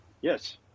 Yes